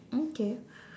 okay